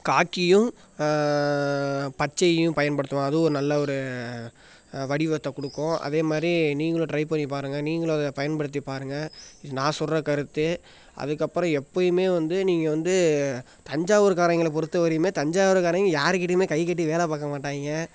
காக்கியும் பச்சையும் பயன்படுத்துவேன் அதுவும் ஒரு நல்ல ஒரு வடிவத்தை கொடுக்கும் அதே மாதிரி நீங்களும் ட்ரை பண்ணிப் பாருங்கள் நீங்களும் அதை பயன்படுத்திப் பாருங்கள் இது நான் சொல்கிற கருத்து அதுக்கப்புறம் எப்பயுமே வந்து நீங்கள் வந்து தஞ்சாவூருக்காரைங்களை பொறுத்த வரையுமே தஞ்சாவூருக்காரங்க யாருக் கிட்டயுமே கைக் கட்டி வேலைப் பார்க்க மாட்டாய்ங்க